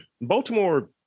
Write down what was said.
baltimore